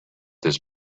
this